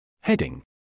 Heading